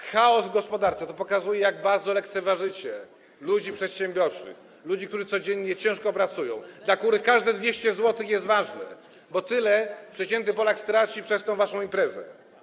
Chaos w gospodarce - to pokazuje, jak bardzo lekceważycie ludzi przedsiębiorczych, ludzi, którzy codziennie ciężko pracują, dla których każde 200 zł jest ważne, a tyle przeciętny Polak straci przez tę waszą imprezę.